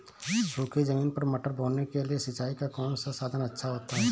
सूखी ज़मीन पर मटर बोने के लिए सिंचाई का कौन सा साधन अच्छा होता है?